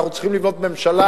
אנחנו צריכים לבנות ממשלה